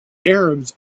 arabs